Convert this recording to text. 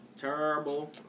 Terrible